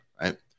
right